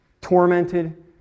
Tormented